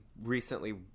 recently